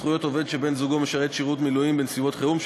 זכויות עובד שבן-זוגו משרת שירות מילואים בנסיבות חירום),